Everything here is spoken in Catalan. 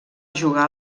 jugar